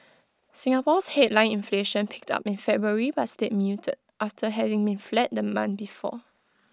Singapore's headline inflation picked up in February but stayed muted after having been flat the month before